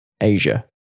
Asia